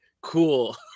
Cool